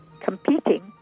competing